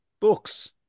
books